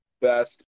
best